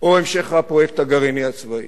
או המשך הפרויקט הגרעיני הצבאי,